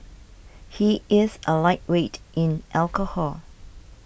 he is a lightweight in alcohol